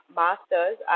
master's